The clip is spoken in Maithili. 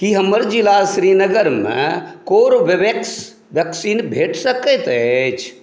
की हमर जिला श्रीनगरमे कोरबेवेक्स वैक्सीन भेट सकैत अछि